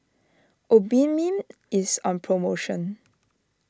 Obimin is on promotion